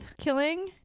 killing